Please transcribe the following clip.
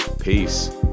Peace